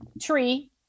tree